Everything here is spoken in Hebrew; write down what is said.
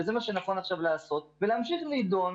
וזה מה שנכון עכשיו לעשות ולהמשיך להידון.